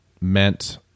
meant